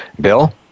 Bill